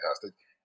fantastic